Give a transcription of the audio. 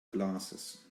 glasses